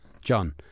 John